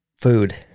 Food